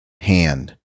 hand